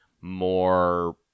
more